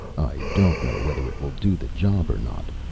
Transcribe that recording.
i don't know whether it will do the job or not,